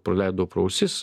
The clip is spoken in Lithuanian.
praleidau pro ausis